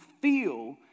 feel